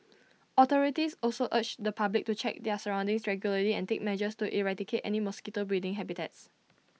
authorities also urge the public to check their surroundings regularly and take measures to eradicate any mosquito breeding habitats